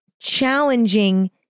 challenging